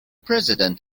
president